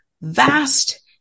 vast